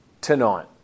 Tonight